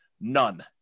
None